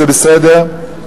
וזה בסדר,